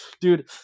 dude